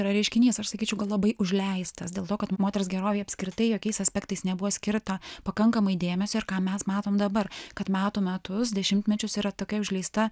yra reiškinys aš sakyčiau kad labai užleistas dėl to kad moters gerovei apskritai jokiais aspektais nebuvo skirta pakankamai dėmesio ir ką mes matom dabar kad metų metus dešimtmečius yra tokia užleista